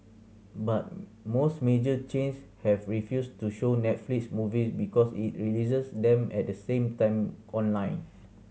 but most major chains have refused to show Netflix movies because it releases them at the same time online